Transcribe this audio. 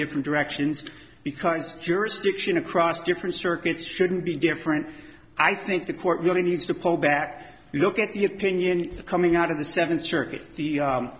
different directions because jurisdiction across different circuits shouldn't be different i think the court really needs to pull back you look at the opinion of the coming out of the seventh circuit